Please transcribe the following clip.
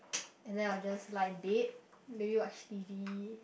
and then I'll just lie and bed maybe watch T_V